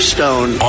Stone